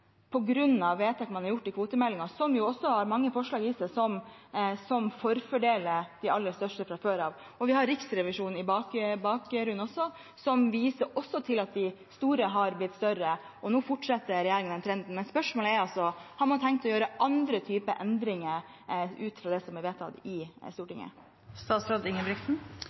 vedtak man har gjort i kvotemeldingen, som jo også har mange forslag i seg som fra før av forfordeler de aller største. Også Riksrevisjonen viser til at de store har blitt større, og nå fortsetter regjeringen den trenden. Men spørsmålet er altså: Har man tenkt å gjøre andre typer endringer ut fra det som er vedtatt i